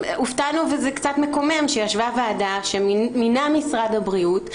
הופתענו וזה קצת מקומם שישבה ועדה שמינה משרד הבריאות,